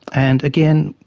and again,